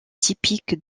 typique